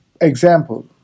Example